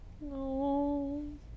No